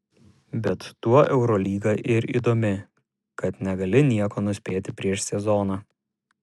bet tuo eurolyga ir įdomi kad negali nieko nuspėti prieš sezoną